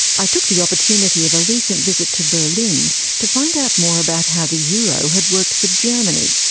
i took the opportunity of a recent visit to berlin to find out more about how the euro had worked for germany,